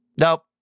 Nope